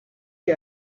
que